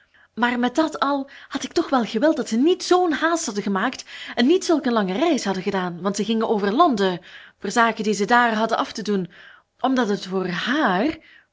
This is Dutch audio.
maar met dat al had ik toch wel gewild dat ze niet zoo'n haast hadden gemaakt en niet zulk een lange reis hadden gedaan want ze gingen over londen voor zaken die ze daar hadden af te doen omdat het voor hààr